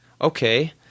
okay